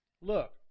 Look